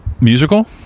musical